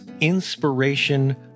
Inspiration